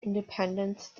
independence